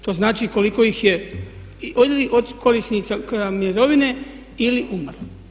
To znači koliko ih je od korisnika mirovine ili umrlo?